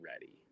ready